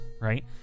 right